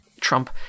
Trump